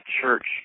church